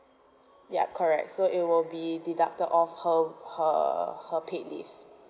ya correct so it will be deducted of her her her paid leave